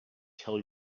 tell